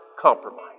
compromise